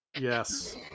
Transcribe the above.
Yes